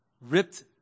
ripped